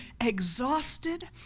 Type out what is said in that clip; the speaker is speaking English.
exhausted